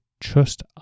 trust